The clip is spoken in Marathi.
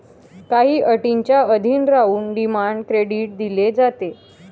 काही अटींच्या अधीन राहून डिमांड क्रेडिट दिले जाते